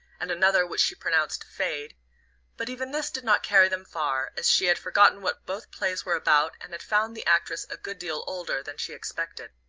and another which she pronounced fade but even this did not carry them far, as she had forgotten what both plays were about and had found the actress a good deal older than she expected.